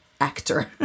actor